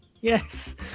Yes